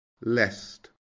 lest